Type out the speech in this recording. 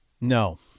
No